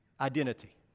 identity